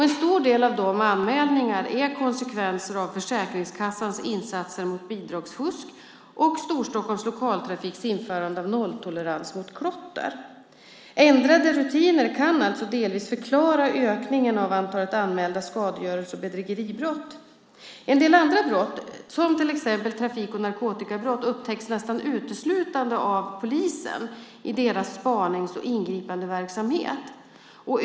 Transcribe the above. En stor del av dessa anmälningar är konsekvenser av Försäkringskassans insatser mot bidragsfusk samt Storstockholms Lokaltrafiks införande av nolltolerans mot klotter. Ändrade rutiner kan alltså delvis förklara ökningen av antalet anmälda skadegörelse och bedrägeribrott. En del andra brott, som till exempel trafik och narkotikabrott, upptäcks nästan uteslutande av polisen i deras spanings och ingripandeverksamhet.